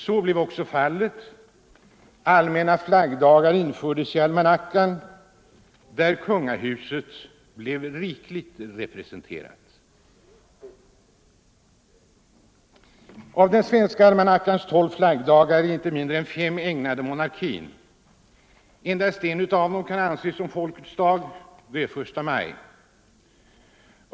Så blev också fallet. Allmänna flaggdagar infördes i almanackan, och där blev kungahuset rikligt representerat. Av den svenska almanackans tolv flaggdagar är inte mindre än fem äg nade monarkin. Endast en kan anses som Folkets dag - den 1 maj.